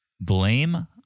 blame